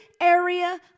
area